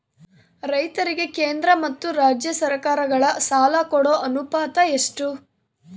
ರೈತರಿಗೆ ಕೇಂದ್ರ ಮತ್ತು ರಾಜ್ಯ ಸರಕಾರಗಳ ಸಾಲ ಕೊಡೋ ಅನುಪಾತ ಎಷ್ಟು?